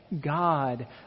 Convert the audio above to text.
God